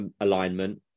alignment